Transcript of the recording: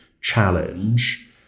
challenge